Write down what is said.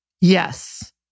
Yes